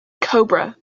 cobra